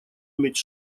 иметь